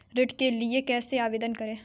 ऋण के लिए कैसे आवेदन करें?